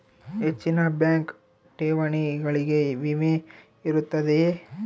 ಹೆಚ್ಚಿನ ಬ್ಯಾಂಕ್ ಠೇವಣಿಗಳಿಗೆ ವಿಮೆ ಇರುತ್ತದೆಯೆ?